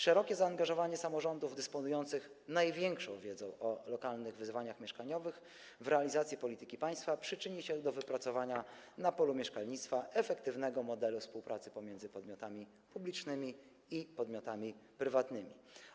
Szerokie zaangażowanie samorządów, dysponujących największą wiedzą o lokalnych wyzwaniach mieszkaniowych, w realizację polityki państwa przyczyni się do wypracowania na polu mieszkalnictwa efektywnego modelu współpracy pomiędzy podmiotami publicznymi i podmiotami prywatnymi.